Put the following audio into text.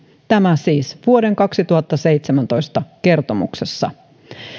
tämä siis vuoden kaksituhattaseitsemäntoista kertomuksessa